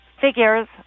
figures